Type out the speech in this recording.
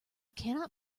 cannot